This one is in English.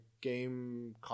game